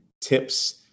tips